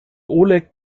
oleg